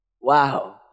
Wow